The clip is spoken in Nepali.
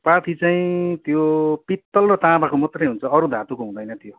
पाथी चाहिँ त्यो पित्तल र ताँबाको मात्रै हुन्छ अरू धातुको हुँदैन त्यो